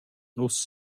nu’s